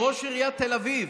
ראש עיריית תל אביב,